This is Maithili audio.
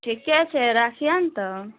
ठिके छै राखिअनि तऽ